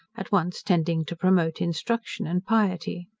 at once tending to promote instruction and piety.